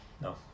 No